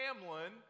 Hamlin